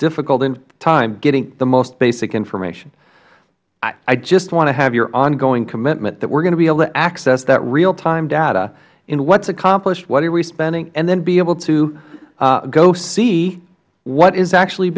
difficult time getting the most basic information i just want to have your ongoing commitment that we are going to be able to access that real time data what has been accomplished what are we spending and then be able to see what is actually